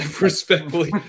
Respectfully